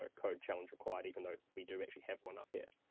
ah code challenge required even though we do actually have one up here.